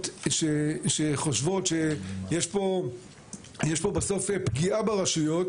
שחושבות שיש פה בסוף פגיעה ברשויות,